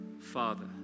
Father